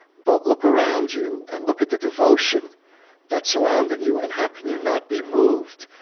but look around you and look at the devotion that's surrounding you, and how can you not be moved?